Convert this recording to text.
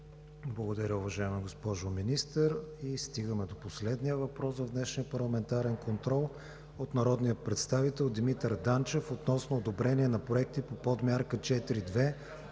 Благодаря, уважаема госпожо Министър. И стигаме до последния въпрос в днешния парламентарен контрол. Той е от народния представител Димитър Данчев относно одобрение на проекти по Подмярка 4.2